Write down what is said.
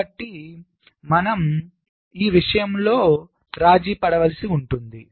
కాబట్టి మనం ఈ విషయంలో రాజీ పడవలసి వస్తుంది